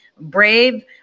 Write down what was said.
brave